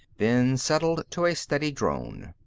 then settled to a steady drone.